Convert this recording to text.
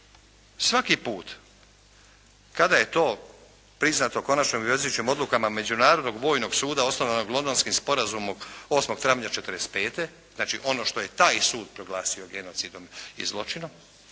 svaki put kada je to priznato konačno obvezujućim odlukama Međunarodnog vojnog suda osnovanog Londonskim sporazumom 8. travnja '45. Znači, ono što je taj sud proglasio genocidom i zločinom